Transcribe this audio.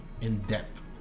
in-depth